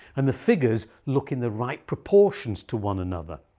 and the figures look in the right proportions to one another.